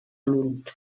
lund